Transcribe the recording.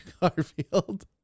Garfield